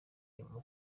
iyo